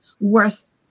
worth